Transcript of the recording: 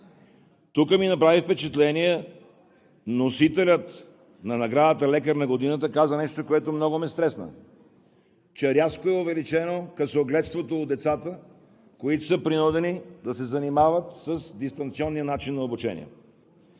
Тук ми направи впечатление носителят на наградата „Лекар на годината“. Той каза нещо, което много ме стресна, че рязко е увеличено късогледството у децата, принудени да се занимават с дистанционния начин на обучение.